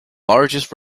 largest